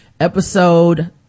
episode